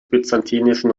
byzantinischen